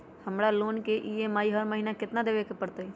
हमरा लोन के ई.एम.आई हर महिना केतना देबे के परतई?